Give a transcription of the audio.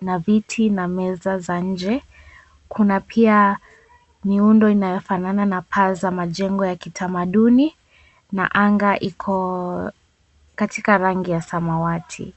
na viti na meza za nje. Kuna pia miundo inayofanana na paa za majengo ya kitamaduni na anga iko katika rangi ya samawati.